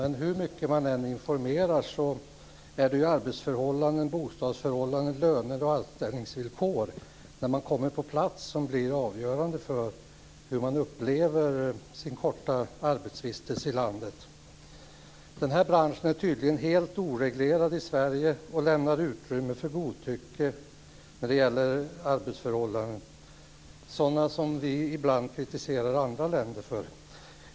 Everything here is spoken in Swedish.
Men hur mycket information som än ges så är det ju arbetsförhållanden, bostadsförhållanden, löner och anställninsgvillkor när man kommer på plats som blir avgörande för hur man upplever sin korta arbetsvistelse i landet. Den här branschen är tydligen helt oreglerad i Sverige och lämnar utrymme för godtycke när det gäller arbetsförhållanden, sådant som vi ibland kritiserar andra länder för.